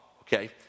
Okay